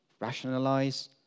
rationalize